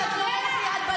קשה לך שאת לא יד בדבר.